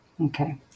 Okay